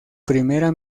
primera